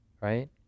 right